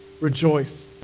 rejoice